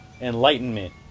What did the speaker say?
enlightenment